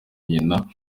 nyina